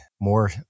more